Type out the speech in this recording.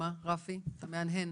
רפי מהנהן.